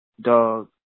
dog